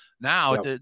Now